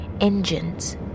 Engines